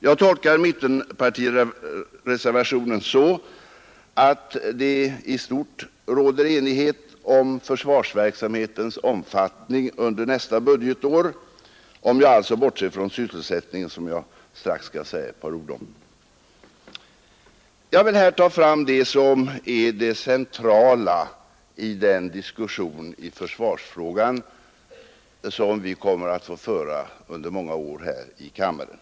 Jag tolkar mittenpartireservationen så att det i stort råder enighet om försvarsverksamhetens omfattning under nästa budgetår — om jag alltså bortser från sysselsättningen, som jag strax skall säga några ord om. Jag vill här ta fram det som är det centrala i den diskussion i försvarsfrågan som vi kommer att föra under många år här i riksdagen.